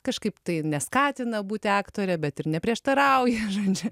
kažkaip tai neskatina būti aktore bet ir neprieštarauja žodžiu